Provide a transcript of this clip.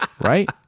Right